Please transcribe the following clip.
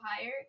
higher